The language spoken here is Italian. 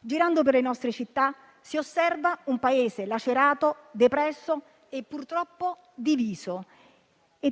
Girando per le nostre città, si osserva un Paese lacerato, depresso e purtroppo diviso.